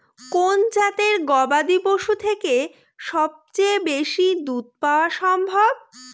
কোন জাতের গবাদী পশু থেকে সবচেয়ে বেশি দুধ পাওয়া সম্ভব?